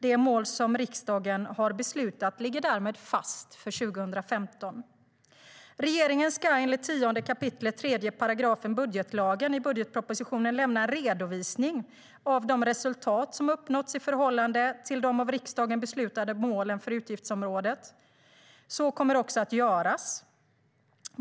Det mål som riksdagen har beslutat ligger därmed fast för 2015.Regeringen ska enligt 10 kap. 3 § budgetlagen i budgetpropositionen lämna en redovisning av de resultat som uppnåtts i förhållande till de av riksdagen beslutade målen för utgiftsområdet. Så kommer också att göras.